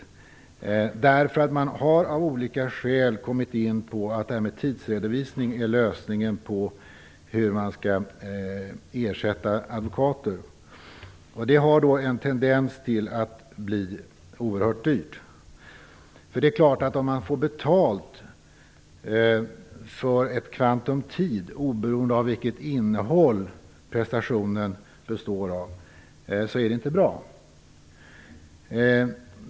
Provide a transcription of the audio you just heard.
Anledningen är att man av olika skäl har kommit fram till att tidsredovisning är lösningen när det gäller att ersätta advokater, vilket har en tendens att bli oerhört dyrt. Det är klart att om man får betalt för ett kvantum tid oberoende av innehållet i prestationen, så är det inte bra.